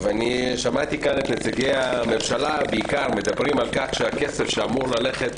שמעתי כאן את נציגי הממשלה מדברים בעיקר על כך שהכסף שאמור ללכת